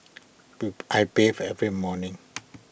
I bathe every morning